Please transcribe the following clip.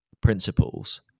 principles